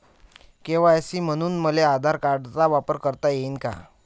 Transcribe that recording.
KYC म्हनून मले आधार कार्डाचा वापर करता येईन का?